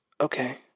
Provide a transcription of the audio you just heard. Okay